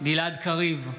גלעד קריב,